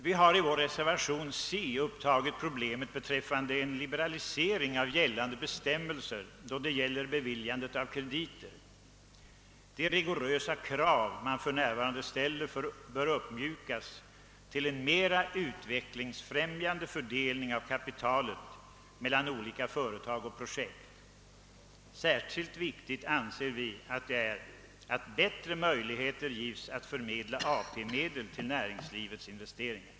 Vi har i vår reservation 2 a avseende utskottets hemställan under C upptagit problemet beträffande en liberalisering av gällande bestämmelser då det gäller beviljandet av krediter. De rigorösa krav man för närvarande ställer bör uppmjukas till en mera utvecklingsfrämjande fördelning av kapitalet mellan olika företag och projekt. Särskilt viktigt anser vi det vara att bättre möjligheter ges att förmedla AP-medel till näringslivets investeringar.